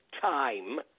time